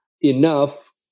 enough